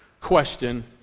question